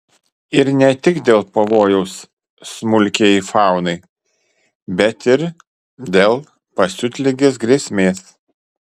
ir ne tik dėl pavojaus smulkiajai faunai bet ir dėl pasiutligės grėsmės